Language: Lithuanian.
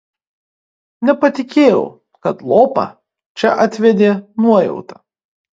nepatikėjau kad lopą čia atvedė nuojauta